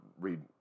read